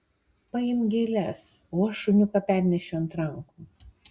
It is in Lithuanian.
paimk gėles o aš šuniuką pernešiu ant rankų